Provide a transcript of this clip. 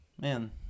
Man